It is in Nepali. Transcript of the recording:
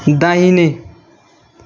दाहिने